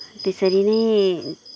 त्यसरी नै